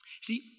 See